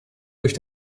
durch